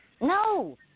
No